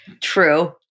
True